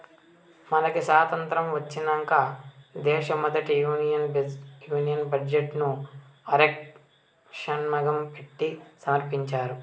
మనకి సాతంత్రం ఒచ్చినంక దేశ మొదటి యూనియన్ బడ్జెట్ ను ఆర్కే షన్మగం పెట్టి సమర్పించినారు